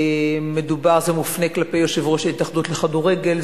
זה מופנה כלפי יושב-ראש ההתאחדות לכדורגל,